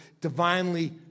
divinely